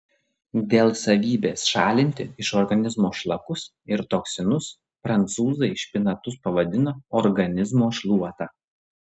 dėl savybės šalinti iš organizmo šlakus ir toksinus prancūzai špinatus pavadino organizmo šluota